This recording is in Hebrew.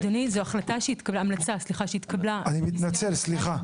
אדוני, זו המלצה שהתקבלה --- אני מתנצל, סליחה.